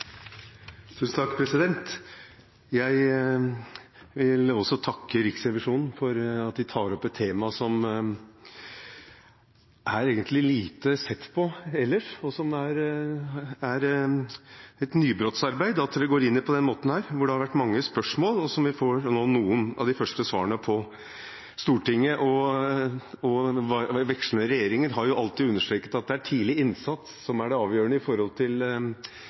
opp et tema som egentlig er lite sett på ellers, og som er et nybrottsarbeid, det å gå inn på denne måten når det har vært mange spørsmål, og hvor vi nå får noen av de første svarene. Stortinget og vekslende regjeringer har alltid understreket at tidlig innsats er avgjørende for hvordan det går med ungdommen i videregående skole, osv., men vi må også følge med på hva som skjer. Selv om det har vært gode barnehager etc., er det mange faktorer som kan føre til